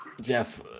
Jeff